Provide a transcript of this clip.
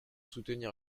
soutenir